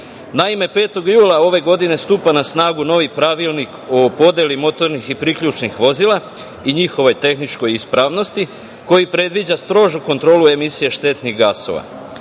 često. Naime, 5. jula ove godine stupa na snagu novi Pravilnik o podeli motornih i priključnih vozila i njihovoj tehničkoj ispravnosti, koji predviđa strožu kontrolu emisije štetnih gasova.